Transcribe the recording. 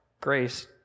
grace